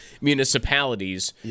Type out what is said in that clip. municipalities